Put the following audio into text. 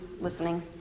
listening